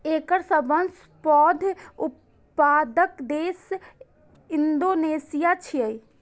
एकर सबसं पैघ उत्पादक देश इंडोनेशिया छियै